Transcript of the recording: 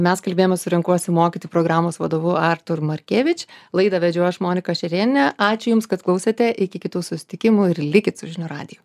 mes kalbėjomėssu renkuosi mokyti programos vadovu artūr markevič laidą vedžiau aš monika šerėnienė ačiū jums kad klausėte iki kitų susitikimų ir likit su žinių radiju